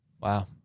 Wow